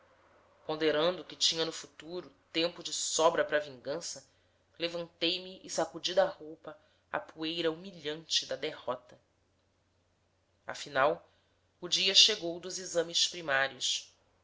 ponderando que tinha no futuro tempo de sobra para vingança levantei-me e sacudi da roupa a poeira humilhante da derrota afinal o dia chegou dos exames primários